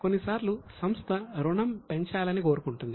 కొన్నిసార్లు సంస్థ రుణం పెంచాలని కోరుకుంటుంది